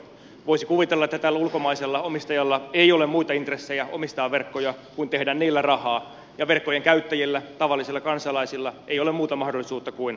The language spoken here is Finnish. voisi kuvitella että tällä ulkomaisella omistajalla ei ole muita intressejä omistaa verkkoja kuin tehdä niillä rahaa ja verkkojen käyttäjillä tavallisilla kansalaisilla ei ole muuta mahdollisuutta kuin maksaa